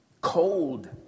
cold